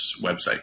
website